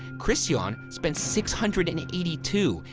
kristjan spent six hundred and eighty two.